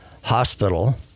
hospital